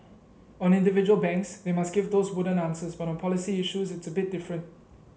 on individual banks they must give those wooden answers but on policy issues it's a bit different